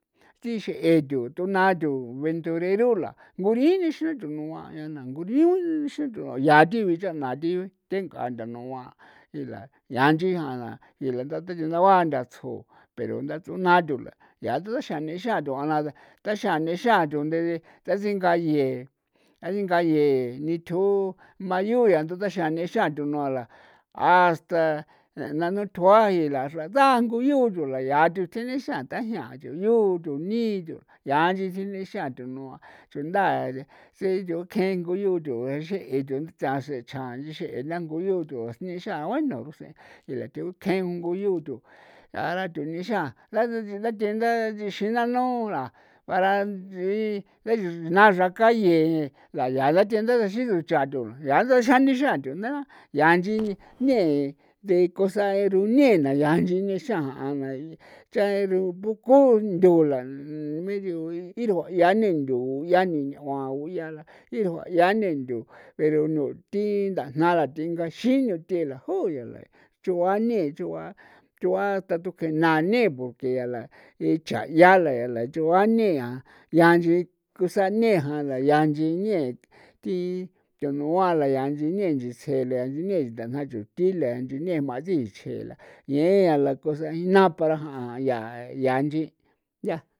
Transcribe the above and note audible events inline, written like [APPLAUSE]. Thi xe'e thu tuna thu ventureru la nguri ninxun thunua na'i na nguri ninxun thunua yaa thi bicha'na thi theng'a thunua ila yaa inchin ja'ana yaa tatendabaa ntha tsjo pero ndats'una thu la yaa thundaxan nixan taxan nixan thun de de tasinga yee tasinga yee nithju mayuu ya thundaxan nixan thunuan a la hasta nanu thjua jila xra dangu yuu thula yaa thi tenixan tajia'an thu yu, thu nii thu yaa inchi tsi nexian thunua thunda seyo kjengu yuu thu xe'e ethu taxe chjan nchexe' la ngu yuu thu nixan ja'an bueno rusen la kjen thjengu yuu thu ja'ara nexin ja'an ndathe'e nda diexin nanu ra para nthi naa xraka calle la yaa ntha dexin rucha thu yaa nda ncha [UNINTELLIGIBLE] thu yaa chanixian chanixian thu yaa nchi [NOISE] ne thi cosa rune na yaa nchi nixan jan cha are poco nthula medio iru'ia ne ndu 'ia ne'uan guya la yaa iru'ia nendu pero nu thi ndajnara thji ngaxi'in nuthela juya la chugua ne'e chugua chugua hasta thi tukee na ne por que yaa la cha' yaa la la chugua ñe'a yaa nchi ku sane jan la yaa nchi ne thi thunua la yaa nchii ne nchisje yaa nchiñee la ndajna chuthi la nchine jma sichje la ñe'ea la cosa jina para ja'an ya ya nchi ya.